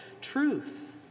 truth